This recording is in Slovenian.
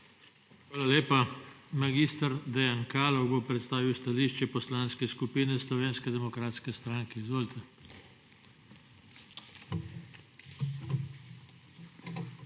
Hvala lepa. Mag. Dejan Kaloh bo predstavil stališče Poslanske skupine Slovenske demokratske stranke. Izvolite. **MAG.